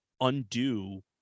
undo